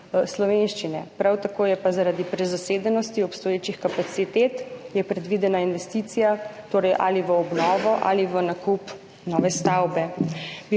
Prav tako je pa zaradi prezasedenosti obstoječih kapacitet predvidena investicija ali v obnovo ali v nakup nove stavbe.